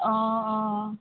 অঁ অঁ